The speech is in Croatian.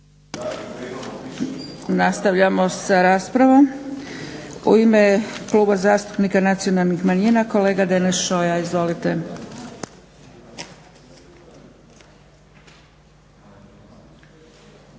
U ime Kluba zastupnika nacionalnih manjina kolega Deneš Šoja. Izvolite.